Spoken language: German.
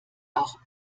auch